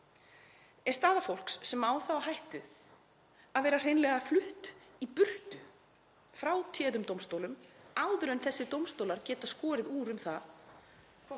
er staða fólks sem á það á hættu að vera hreinlega flutt í burtu frá téðum dómstólum áður en þessir dómstólar geta skorið úr um það